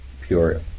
pure